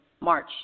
March